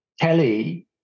Kelly